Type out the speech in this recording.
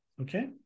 Okay